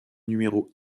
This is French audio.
numéro